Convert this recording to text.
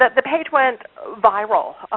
the page went viral.